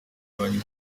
kurwanya